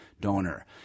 donor